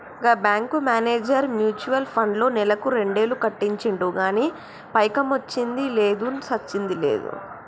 గా bank manager mutual ఫండ్లో నెలకు రెండేలు కట్టించిండు గానీ పైకమొచ్చ్చింది లేదు, సచ్చింది లేదు